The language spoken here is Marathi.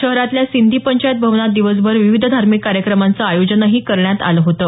शहरातल्या सिंधी पंचायत भवनात दिवसभर विविध धार्मिक कार्यक्रमांचं आयोजनही करण्यात आलं होतं